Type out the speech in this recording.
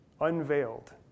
unveiled